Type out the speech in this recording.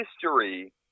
history